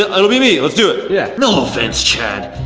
ah it'll be me, let's do it. yeah no offense, chad,